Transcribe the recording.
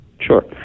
Sure